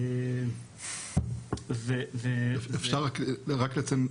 ו- -- אפשר רק לציין?